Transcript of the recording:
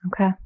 Okay